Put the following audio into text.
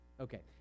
Okay